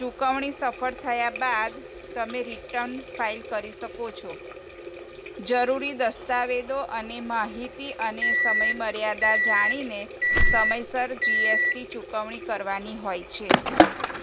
ચુકવણી સફળ થયા બાદ તમે રિટન ફાઇલ કરી શકો છો જરૂરી દસ્તાવેદો અને માહિતી અને સમય મર્યાદા જાણીને સમયસર જીએસટી ચુકવણી કરવાની હોય છે